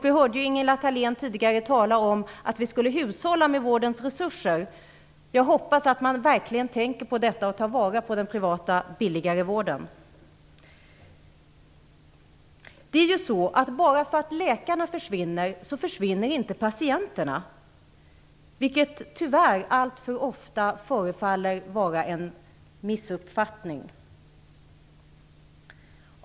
Vi hörde tidigare Ingela Thalén tala om att vi skulle hushålla med vårdens resurser. Jag hoppas att man verkligen tänker på detta och tar vara på den privata, billigare vården. Bara för att läkarna försvinner, försvinner inte patienterna. Detta förefaller tyvärr alltför ofta vara en missuppfattning.